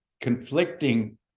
conflicting